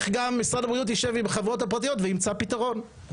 גם משרד הבריאות יישב עם החברות הפרטיות וימצא פתרון.